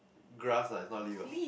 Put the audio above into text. grass ah it's not leaf ah